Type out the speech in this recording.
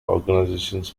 organizations